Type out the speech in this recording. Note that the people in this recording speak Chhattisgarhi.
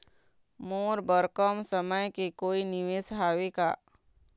मोर बर कम समय के कोई निवेश हावे का?